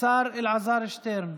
השר אלעזר שטרן.